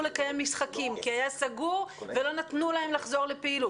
לקיים משחקים כי היה סגור ולא נתנו להן לחזור לפעילות.